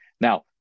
Now